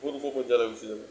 বহুত ওপৰৰ পৰ্যায়লৈ গুছি যাব